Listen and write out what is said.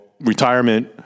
retirement